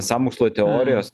sąmokslo teorijos